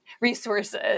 resources